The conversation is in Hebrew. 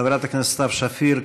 חברת הכנסת סתיו שפיר,